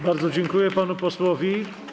Bardzo dziękuję panu posłowi.